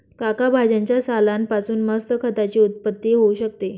काका भाज्यांच्या सालान पासून मस्त खताची उत्पत्ती होऊ शकते